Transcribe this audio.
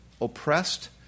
oppressed